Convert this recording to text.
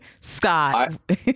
Scott